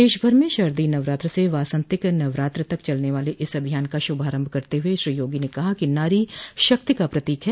प्रदेश भर में शारदीय नवरात्र से वासन्तिक नवरात्र तक चलने वाले इस अभियान का शुभारम्भ करते हुए श्री योगी ने कहा कि नारी शक्ति की प्रतीक है